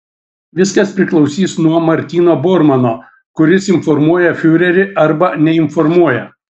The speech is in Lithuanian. viskas priklausys nuo martyno bormano kuris informuoja fiurerį arba neinformuoja